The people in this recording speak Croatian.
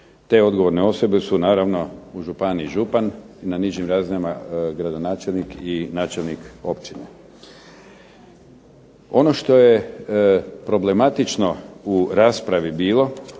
Te odgovorne osobe su u županiji župan, na nižim razinama gradonačelnik i načelnik općine. Ono što je problematično u raspravi bilo